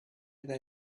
they